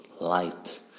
light